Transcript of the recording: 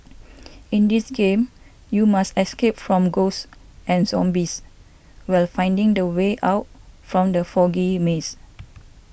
in this game you must escape from ghosts and zombies while finding the way out from the foggy maze